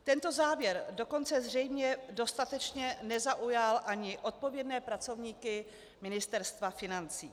Tento závěr dokonce zřejmě dostatečně nezaujal ani odpovědné pracovníky Ministerstva financí.